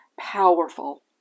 powerful